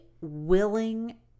willing